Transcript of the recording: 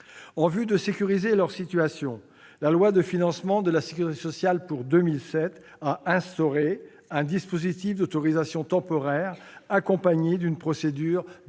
En vue de sécuriser leur situation, la loi de financement de la sécurité sociale pour 2007 a instauré un dispositif d'autorisation temporaire accompagné d'une procédure